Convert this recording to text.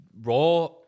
raw